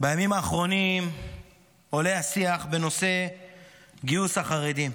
בימים האחרונים עולה השיח בנושא גיוס החרדים.